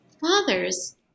fathers